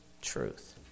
truth